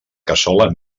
cassola